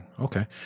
Okay